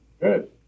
Good